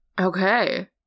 Okay